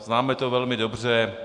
Známe to velmi dobře.